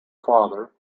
father